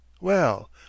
Well